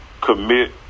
commit